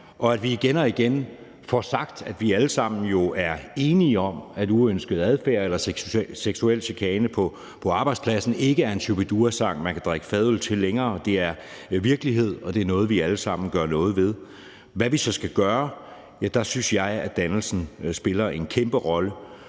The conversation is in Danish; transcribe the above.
og at vi igen og igen får sagt, at vi jo alle sammen er enige om, at uønsket adfærd eller seksuel chikane på arbejdspladsen ikke længere er en Shu-bi-dua-sang, man kan drikke fadøl til; det er virkelighed, og det er noget, vi alle sammen skal gøre noget ved. Med hensyn til hvad vi så skal gøre, så synes jeg, at dannelsen spiller en kæmpe rolle,